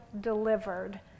delivered